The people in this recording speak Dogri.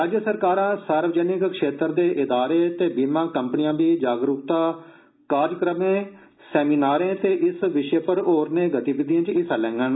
राज्य सरकारां सार्वजनिक क्षेत्र दे इदारे ते बीमा कम्पनियां बी जागरुकता कार्यक्रमें सैमीनारें ते इस विषे पर होरने गतिविधिएं च हिस्सा लैगंन